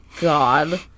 God